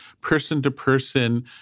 person-to-person